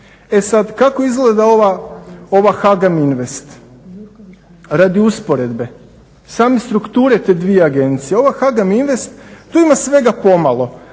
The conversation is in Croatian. E sada kako izgleda ova HAGAM Invest? Radi usporedbe, same strukture te dvije agencije ova HAGAM Invest tu ima svega pomalo.